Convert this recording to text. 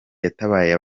yatabaye